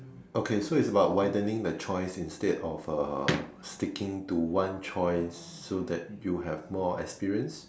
okay so is about widening the choice instead of uh sticking to one choice so that you have more experience